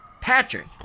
Patrick